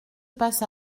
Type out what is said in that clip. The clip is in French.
passe